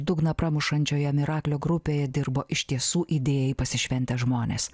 dugną pramušančioje miraklio grupėje dirbo iš tiesų idėjai pasišventę žmonės